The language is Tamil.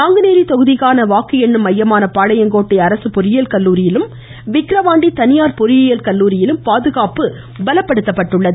நாங்குநேரி தொகுதிக்கான வாக்கு எண்ணும் மையமான பாளையங்கோட்டை அரசு பொறியியல் கல்லூரியிலும் விக்கிரவாண்டி தனியார் பொறியியல் கல்லூரியிலும் பாதுகாப்பு பலப்படுத்தப்பட்டுள்ளது